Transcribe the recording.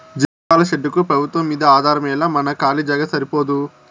జీవాల షెడ్డుకు పెబుత్వంమ్మీదే ఆధారమేలా మన కాలీ జాగా సరిపోదూ